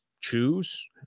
choose